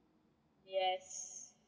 yes